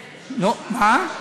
מה?